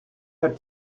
hat